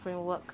framework